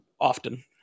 often